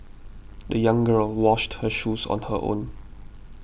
the young girl washed her shoes on her own